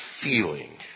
feeling